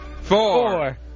Four